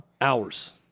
Hours